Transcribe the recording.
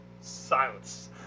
silence